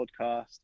podcast